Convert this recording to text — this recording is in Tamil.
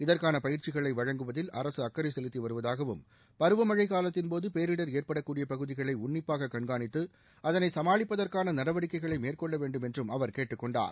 இதற்கான பயிற்சிகளை வழங்குவதில் அரசு அக்கறை செலுத்தி வருவதாகவும் பருவமழை காலத்தின்போது பேரிடர் ஏற்படக்கூடிய பகுதிகளை உன்னிப்பாக கண்காணித்து அதனை சமாளிப்பதற்கான நடவடிக்கைகளை மேற்கொள்ள வேண்டும் என்றும் அவர் கேட்டுக் கொண்டார்